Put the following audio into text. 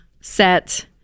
set